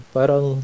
Parang